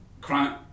Crime